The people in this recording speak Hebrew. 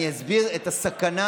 אני אסביר את הסכנה